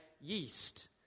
yeast